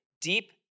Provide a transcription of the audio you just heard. deep